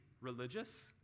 religious